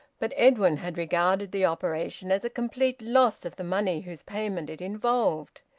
but edwin had regarded the operation as a complete loss of the money whose payment it involved.